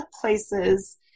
places